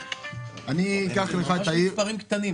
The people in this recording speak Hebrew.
זה ממש מספרים קטנים.